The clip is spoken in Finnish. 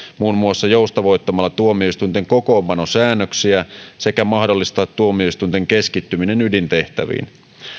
muun muassa joustavoittamalla tuomioistuinten kokoonpanosäännöksiä sekä mahdollistaa tuomioistuinten keskittyminen ydintehtäviin